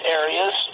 areas